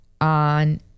on